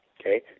okay